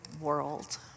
world